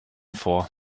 vor